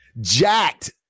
Jacked